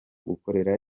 gukorera